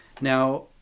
Now